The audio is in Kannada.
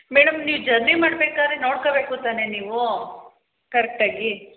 ಮೇಡಮ್ ನೀವು ಜರ್ನಿ ಮಾಡ್ಬೇಕಾದ್ರೆ ನೋಡ್ಕೊಬೇಕು ತಾನೇ ನೀವು ಕರೆಕ್ಟ್ ಆಗಿ